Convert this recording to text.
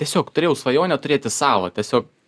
tiesiog turėjau svajonę turėti savo tiesiog